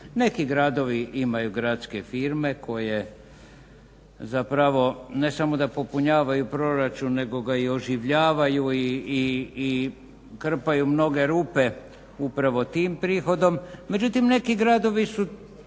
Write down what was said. Neki gradovi imaju gradske firme koje zapravo ne samo da popunjavaju proračun nego ga i oživljavaju i krpaju mnoge rupe upravo tim prihodom,